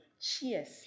Cheers